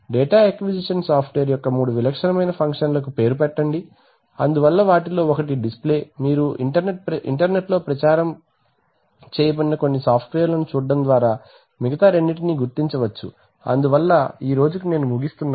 data acquisition software యొక్క మూడు విలక్షణమైన ఫంక్షన్లకు పేరు పెట్టండి అందువల్ల వాటిలో ఒకటి డిస్ప్లే మీరు ఇంటర్నెట్లో ప్రచారం చేయబడిన కొన్ని సాఫ్ట్వేర్లను చూడటం ద్వారా మిగతా రెండింటిని గుర్తించవచ్చు అందువల్ల ఈ రోజుకు ముగిస్తున్నాను